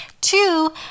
Two